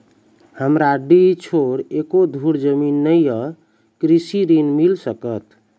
हमरा डीह छोर एको धुर जमीन न या कृषि ऋण मिल सकत?